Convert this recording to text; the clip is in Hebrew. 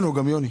וגם בשם הליכוד.